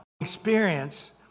experience